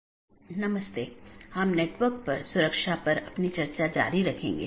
नमस्कार हम computer network और इंटरनेट पाठ्यक्रम पर अपनी चर्चा जारी रखेंगे